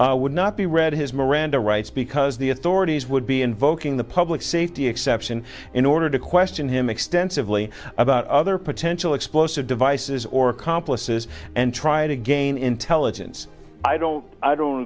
is would not be read his miranda rights because the authorities would be invoking the public safety exception in order to question him extensively about other potential explosive devices or accomplices and try to gain intelligence i don't i don't